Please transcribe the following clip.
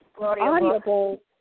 audible